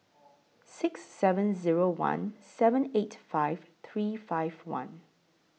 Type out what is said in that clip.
six seven Zero one seven eight five three five one